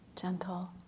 gentle